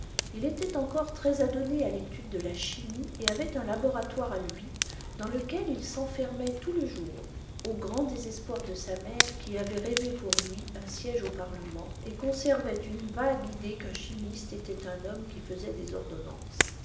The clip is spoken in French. il était encore très adonné à l'étude de la chimie et avait un laboratoire à lui dans lequel il s'enfermait tout le jour au grand désespoir de sa mère qui avait rêvé pour lui un siège au parlement et conservait une vague idée qu'un chimiste était un homme qui faisait des ordonnances